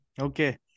Okay